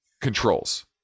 controls